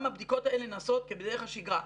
גם הבדיקות האלה נעשות כבדרך השגרה,